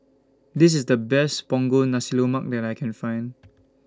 This IS The Best Punggol Nasi Lemak that I Can Find